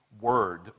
word